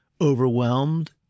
overwhelmed